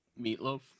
meatloaf